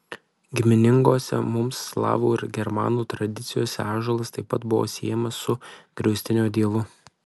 giminingose mums slavų ir germanų tradicijose ąžuolas taip pat buvo siejamas su griaustinio dievu